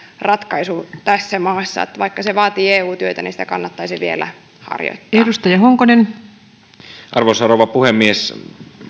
ratkaisu tässä maassa vaikka se vaatii eu työtä niin sitä kannattaisi vielä harjoittaa arvoisa rouva puhemies